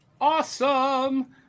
Awesome